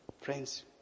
Friends